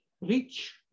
reach